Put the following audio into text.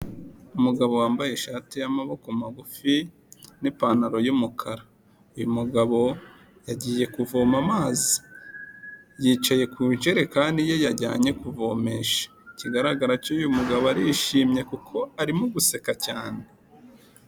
Umugabo wambaye ishati y'amaboko magufi n'ipantaro y'umukara. Uyu mugabo yagiye kuvoma amazi. Yicaye ku njerekani ye yajyanye kuvomesha. Ikigaragara cyo uyu mugabo arishimye kuko arimo guseka cyane.